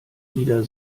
wieder